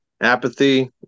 Apathy